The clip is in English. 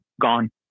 gone